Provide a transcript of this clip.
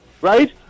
Right